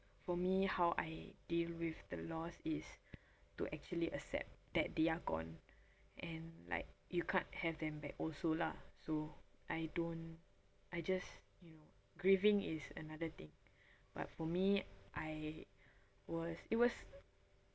for me how I deal with the loss is to actually accept that they are gone and like you can't have them back also lah so I don't I just you know grieving is another thing but for me I was it was